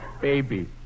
baby